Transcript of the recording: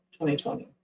2020